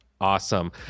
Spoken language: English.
Awesome